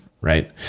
right